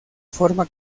forma